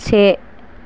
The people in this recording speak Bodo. से